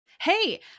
Hey